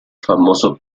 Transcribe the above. famoso